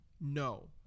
No